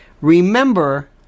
Remember